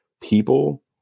people